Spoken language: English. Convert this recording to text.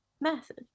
massive